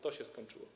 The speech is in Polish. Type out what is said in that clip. To się skończyło.